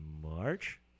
March